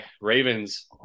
Ravens